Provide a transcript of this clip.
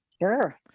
Sure